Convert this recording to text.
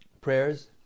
Prayers